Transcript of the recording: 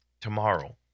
tomorrow